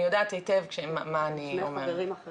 אני יודעת היטב מה אני אומרת.